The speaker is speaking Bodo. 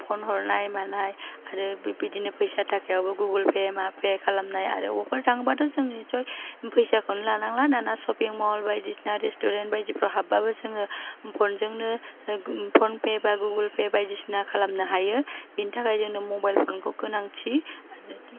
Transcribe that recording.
फन हरनाय मानाय आरो बेबायदिनो फैसा थाखायावबो गुगोल पे मा पे खालामनाय आरो बहायबा थाङोब्लाथ' जों नित्सय फैसाखौनो लानांला दाना शपिं मल बायदिसिना रेस्टुरेन्ट बायदिफ्राव हाब्बाबो जोङो फनजोंनो फन पे बा गुगोल पे बायदिसिना खालामनो हायो बेनि थाखायनो जोंनो मबाइल फनखौ गोनांथि